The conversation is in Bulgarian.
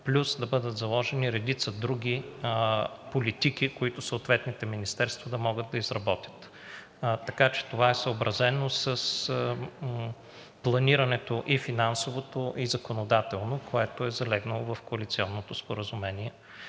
плюс да бъдат заложени редица други политики, които съответните министерства да могат да изработят. Така че това е съобразено с планирането – и финансовото, и законодателното, което е залегнало в коалиционното споразумение.